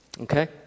okay